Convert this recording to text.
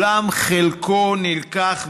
אולם חלקו נלקח מהרזרבה.